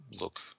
look